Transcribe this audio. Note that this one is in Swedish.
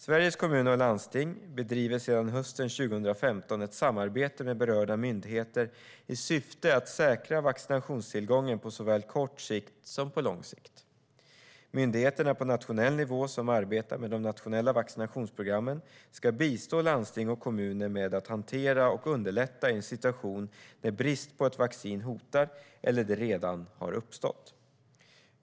Sveriges Kommuner och Landsting bedriver sedan hösten 2015 ett samarbete med berörda myndigheter i syfte att säkra vaccinationstillgången på såväl kort sikt som på lång sikt. Myndigheterna på nationell nivå som arbetar med de nationella vaccinationsprogrammen ska bistå landsting och kommuner med att hantera och underlätta i en situation när brist på ett vaccin hotar eller brist redan har uppstått.